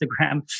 Instagram